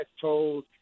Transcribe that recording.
told